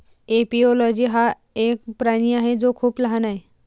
एपिओलोजी हा एक प्राणी आहे जो खूप लहान आहे